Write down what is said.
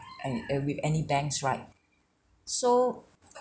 and and with any banks right so